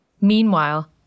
Meanwhile